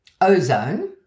Ozone